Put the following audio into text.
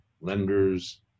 lenders